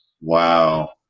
Wow